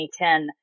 2010